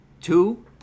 Two